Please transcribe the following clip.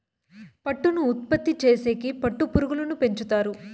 పట్టును ఉత్పత్తి చేసేకి పట్టు పురుగులను పెంచుతారు